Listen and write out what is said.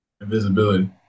Invisibility